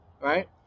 right